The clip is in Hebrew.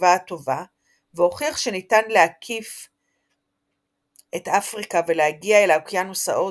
התקווה הטובה והוכיח שניתן להקיף את אפריקה ולהגיע אל האוקיינוס ההודי,